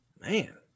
Man